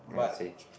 I'd say